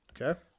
Okay